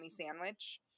sandwich